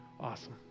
Awesome